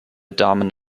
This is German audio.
damen